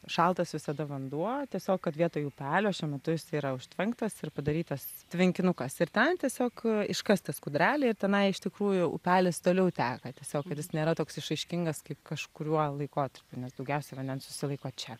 šaltas visada vanduo tiesiog kad vietoj upelio šiuo metu jisai yra užtvenktas ir padarytas tvenkinukas ir ten tiesiog iškastas kūdrelėje tenai iš tikrųjų upelis toliau teka tiesiog kuris nėra toks išraiškingas kaip kažkuriuo laikotarpiu nes daugiausiai vandens susilaiko čia